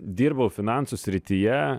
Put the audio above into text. dirbau finansų srityje